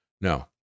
no